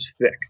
thick